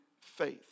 faith